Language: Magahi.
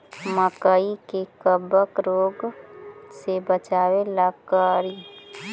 मकई के कबक रोग से बचाबे ला का करि?